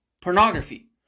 pornography